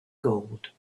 gold